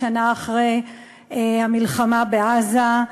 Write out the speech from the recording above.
שנה אחרי המלחמה בעזה,